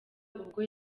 ubwo